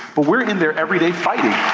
but we're in there every day fighting.